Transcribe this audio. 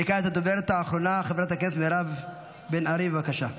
הדוברת האחרונה, חברת הכנסת מירב בן ארי, בבקשה.